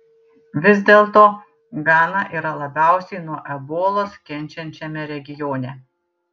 vis dėlto gana yra labiausiai nuo ebolos kenčiančiame regione